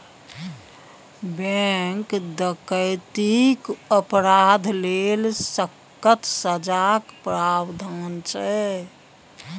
bank डकैतीक अपराध लेल सक्कत सजाक प्राबधान छै